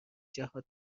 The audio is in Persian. جهات